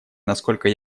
насколько